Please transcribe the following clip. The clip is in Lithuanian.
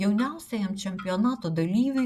jauniausiajam čempionato dalyviui